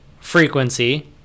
frequency